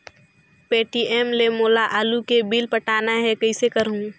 Paytm ले मोला आलू के बिल पटाना हे, कइसे करहुँ?